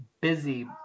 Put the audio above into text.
busy